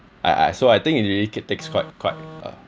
I I so I think it really kick takes quite quite uh